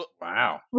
Wow